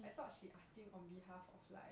I thought she asking on behalf of like